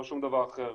לא שום דבר אחר.